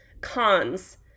Cons